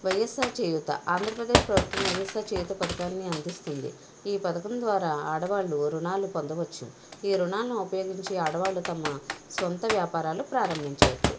వైయస్ఆర్ చేయూత ఆంధ్రప్రదేశ్ ప్రభుత్వం వైయస్ఆర్ చేయూత పథకాన్ని అందిస్తుంది ఈ పథకం ద్వారా ఆడవాళ్లు రుణాలు పొందవచ్చు ఈ రుణాలు ఉపయోగించి ఆడవాళ్లు తమ సొంత వ్యాపారాలు ప్రారంభించవచ్చు